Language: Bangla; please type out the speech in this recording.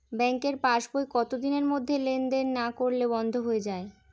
ব্যাঙ্কের পাস বই কত দিনের মধ্যে লেন দেন না করলে বন্ধ হয়ে য়ায়?